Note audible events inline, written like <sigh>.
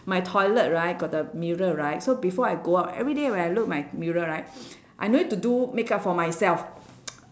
my toilet right got the mirror right so before I go out everyday when I look my mirror right I don't need to do makeup for myself <noise>